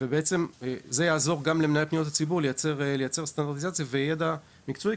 זה יעזור למנהלי פניות הציבור לייצר סטנדרטיזציה וידע מקצועי,